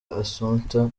assumpta